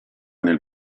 nel